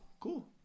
cool